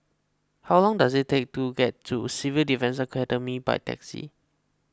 how long does it take to get to Civil Defence Academy by taxi